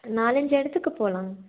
நாலஞ்சு இடத்துக்கு போகலாங்க